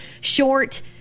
short